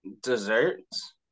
desserts